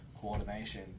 coordination